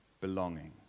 belonging